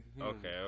okay